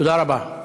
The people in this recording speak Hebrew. תודה רבה.